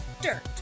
dirt